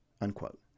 unquote